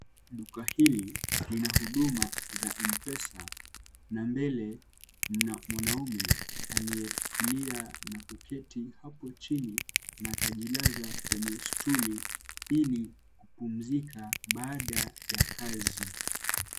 Duka hili ni la huduma za M-Pesa na mbele mna mwanaume aliyetulia na kuketi hapo chini na akajilaza kwenye stuli ili kupumzika baada ya kazi.